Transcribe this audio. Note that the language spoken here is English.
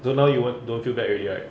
so now you want don't feel bad already right